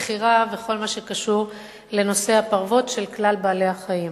מכירה וכל מה שקשור לנושא הפרוות של כלל בעלי-החיים.